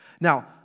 Now